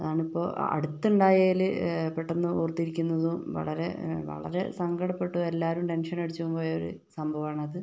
അതാണിപ്പോൾ അടുത്തുണ്ടായേല് പെട്ടന്ന് ഓർത്തിരിക്കുന്നതും വളരെ വളരെ സങ്കടപെട്ടുപോയ എല്ലാരും ടെൻഷൻ അടിച്ചുംപോയൊരു സംഭവാണത്